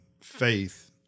faith